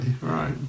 right